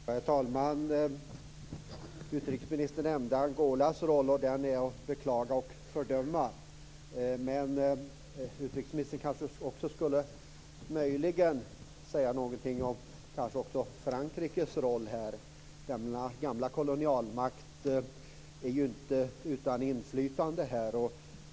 Herr talman! Utrikesministern nämnde Angolas roll, och den är att beklaga och fördöma. Men ministern borde kanske möjligen också säga någonting om Frankrikes roll. Denna gamla kolonialmakt är inte utan inflytande här.